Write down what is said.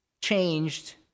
changed